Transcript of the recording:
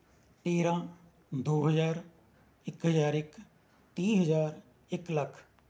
ਤੇਰ੍ਹਾਂ ਦੋ ਹਜ਼ਾਰ ਇੱਕ ਹਜ਼ਾਰ ਇੱਕ ਤੀਹ ਹਜ਼ਾਰ ਇੱਕ ਲੱਖ